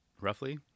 roughly